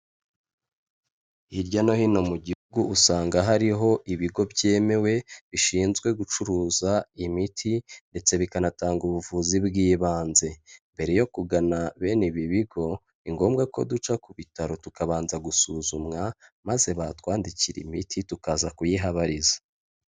Hirya no hino mu gihugu usanga hariho ibigo byemewe bishinzwe gucuruza imiti ndetse bikanatanga ubuvuzi bw'ibanze. Mbere yo kugana bene ibi bigo ni ngombwa ko duca ku bitaro tukabanza gusuzumwa maze batwandikira imiti tukaza kuyihabariza.